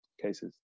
cases